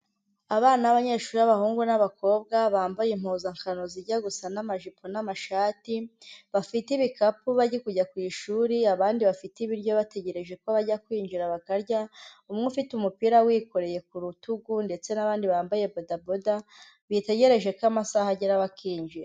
Abana b'abanyeshuri b'abahungu n'abakobwa, bambaye impuzankano zijya gusa n'amajipo n'amashati, bafite ibikapu bari kujya ku ishuri, abandi bafite ibiryo bategereje ko bajya kwinjira bakarya, umwe ufite umupira awikoreye ku rutugu ndetse n'abandi bambaye bodaboda, bitegereje ko amasaha agera bakinjira.